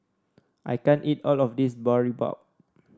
I can't eat all of this Boribap